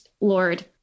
Lord